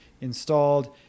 installed